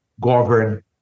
govern